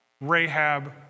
Rahab